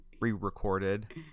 re-recorded